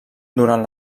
durant